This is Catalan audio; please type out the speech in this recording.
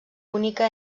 única